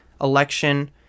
election